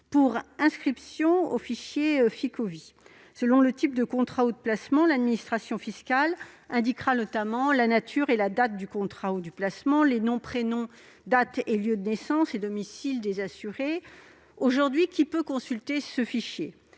d'assurance vie (Ficovie). Selon le type de contrat ou de placement, l'administration fiscale indiquera notamment la nature et la date du contrat ou du placement, les nom, prénom, date et lieu de naissance et domicile des assurés. Aujourd'hui, seuls les agents